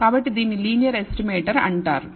కాబట్టి దీనిని linear estimator అంటారు